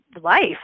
life